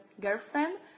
girlfriend